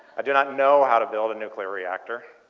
i do not know how to build a nuclear reactor.